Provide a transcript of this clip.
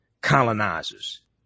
colonizers